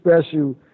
special